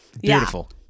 beautiful